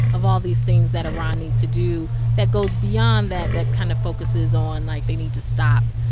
of all these things that iran needs to do, that goes beyond that, that kind of focuses on, like, they need to stop,